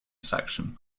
section